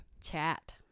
Chat